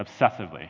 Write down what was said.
Obsessively